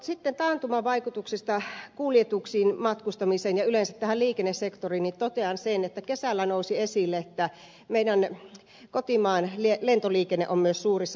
sitten taantuman vaikutuksesta kuljetuksiin matkustamiseen ja yleensä tähän liikennesektoriin totean sen että kesällä nousi esille että kotimaan lentoliikenne on myös suurissa vaikeuksissa